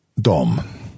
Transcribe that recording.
Dom